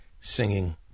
singing